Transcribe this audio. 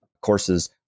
courses